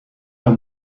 اون